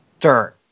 dirt